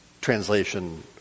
translation